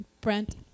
Brent